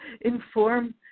inform